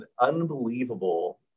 unbelievable